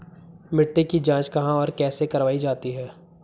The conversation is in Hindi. मिट्टी की जाँच कहाँ और कैसे करवायी जाती है?